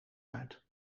uit